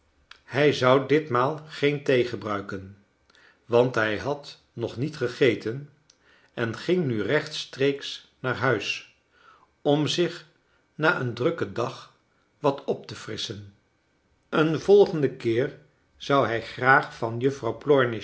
hij zou ditmaal geen thee gebruiken want hij had nog niet gegeten en ging nu rechtstreeks naar huis om zich na een drukken dag wat op te frisschen een volgenden keer zou hij graag van juffrouw